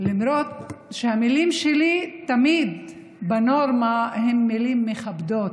למרות שהמילים שלי תמיד בנורמה, הן מילים מכבדות,